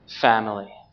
family